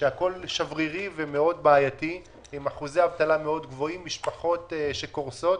שהכול שברירי ומאוד בעייתי עם אחוזי אבטלה מאוד גבוהים ומשפחות שקורסות.